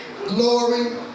Glory